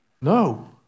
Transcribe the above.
No